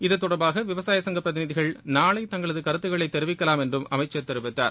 இத்தொடர்பாக விவசாய சங்கப் பிரிதிநிதிகள் நாளை தங்களது கருத்துக்களை தெரிவிக்கலாம் என்றும் அமைச்சர் தெரிவித்தார்